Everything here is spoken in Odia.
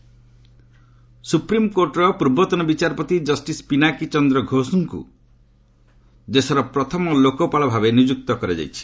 ଘୋଷ ଲୋକପାଳ ସୁପ୍ରିମ୍କୋର୍ଟର ପୂର୍ବତନ ବିଚାରପତି କଷ୍ଟିସ୍ ପିନାକୀ ଚନ୍ଦ୍ର ଘୋଷଙ୍କୁ ଦେଶର ପ୍ରଥମ ଲୋକପାଳ ଭାବେ ନିଯୁକ୍ତ କରାଯାଇଛି